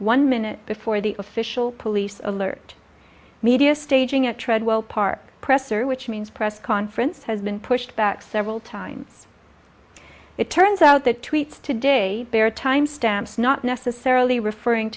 one minute before the official police alert media staging at treadwell park presser which means press conference has been pushed back several times it turns out that tweet today there timestamps not necessarily referring